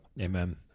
amen